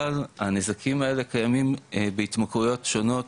אבל הנזקים האלה קיימים בהתמכרויות שונות,